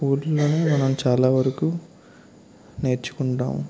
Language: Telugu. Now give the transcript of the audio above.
స్కూల్లోనే మనం చాలా వరకు నేర్చుకుంటాం